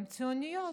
הן ציוניות.